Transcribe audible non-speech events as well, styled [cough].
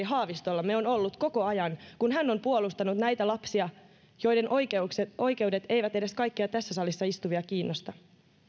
[unintelligible] haavistolla on ollut koko ajan kun hän on puolustanut näitä lapsia joiden oikeudet oikeudet eivät edes kaikkia tässä salissa istuvia kiinnosta